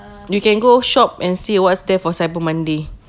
you can go shop and see what's there for cyber monday